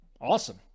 Awesome